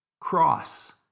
Cross